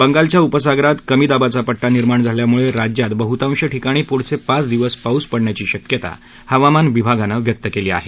बंगालच्या उपसागरात कमी दाबाचा पट्टा निर्माण झाल्यामुळे राज्यात बहुतांश ठिकाणी पुढचे पाच दिवस पाऊस पडण्याची शक्यता हवामान विभागानं व्यक्त केला आहे